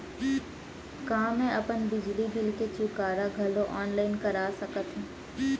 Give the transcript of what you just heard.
का मैं अपन बिजली बिल के चुकारा घलो ऑनलाइन करा सकथव?